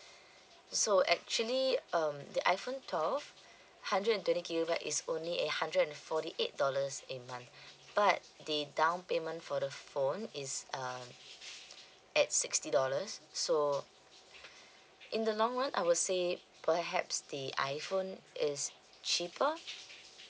so actually um the iphone twelve hundred and twenty gigabyte is only a hundred and forty eight dollars a month but the down payment for the phone is uh at sixty dollars so in the long run I would say perhaps the iphone is cheaper